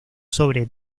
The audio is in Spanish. sobre